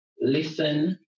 listen